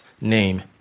name